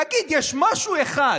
תגיד, יש משהו אחד,